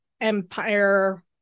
empire